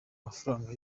mafaranga